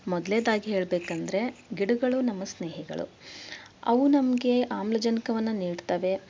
ಮೊದಲನೆದಾಗಿ ಹೇಳ್ಬೇಕಂದರೆ ಗಿಡಗಳು ನಮ್ಮ ಸ್ನೇಹಿಗಳು ಅವು ನಮಗೆ ಆಮ್ಲಜನಕವನ್ನು ನೀಡ್ತವೆ